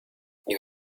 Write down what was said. you